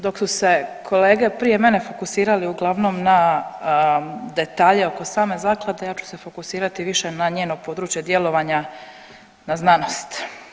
Dok su se kolege prije mene fokusirali uglavnom na detalje oko same zaklade ja ću se fokusirati više na njeno područje djelovanja, na znanost.